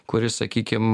kuri sakykim